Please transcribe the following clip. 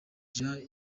jean